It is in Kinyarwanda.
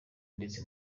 ndetse